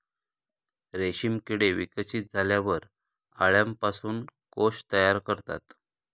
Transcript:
रेशीम किडे विकसित झाल्यावर अळ्यांपासून कोश तयार करतात